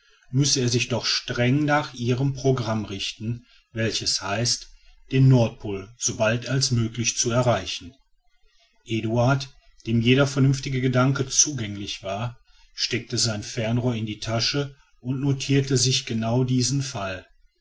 müsse er sich doch streng nach ihrem programm richten welches heißt den nordpol sobald als möglich zu erreichen eduard dem jeder vernünftige gedanke zugänglich war steckte sein fernrohr in die tasche und notierte sich genau diesen fall